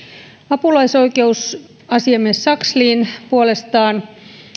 apulaisoikeusasiamies sakslin puolestaan